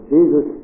Jesus